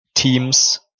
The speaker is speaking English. Teams